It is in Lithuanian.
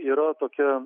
yra tokia